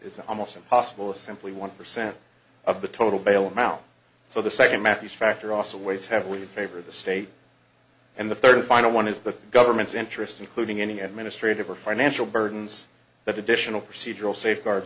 is almost impossible simply one percent of the total bail amount so the second matthews factor also weighs heavily in favor of the state and the third and final one is the government's interest including any administrative or financial burdens that additional procedural safeguards